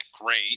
great